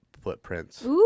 footprints